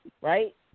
right